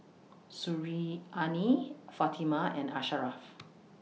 Suriani Fatimah and Asharaff